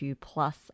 plus